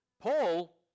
Paul